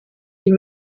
die